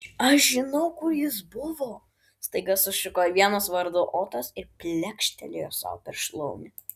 aš žinau kur jis buvo staiga sušuko vienas vardu otas ir plekštelėjo sau per šlaunį